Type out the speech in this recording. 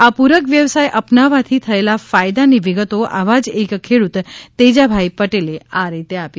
આ પૂરક વ્યવસાય અપનાવવાથી થયેલા ફાયદાની વિગતો આવા જ એક ખેડૂત તેજાભાઇ પટેલે આ રીતે આપી